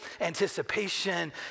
anticipation